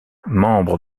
membre